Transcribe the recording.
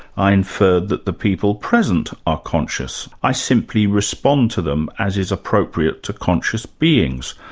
i inferred that the people present are conscious i simply respond to them as is appropriate to conscious beings.